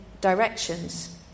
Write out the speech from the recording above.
directions